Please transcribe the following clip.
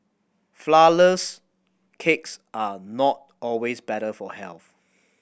flourless cakes are not always better for health